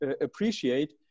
appreciate